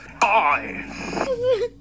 Bye